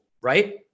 right